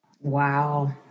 Wow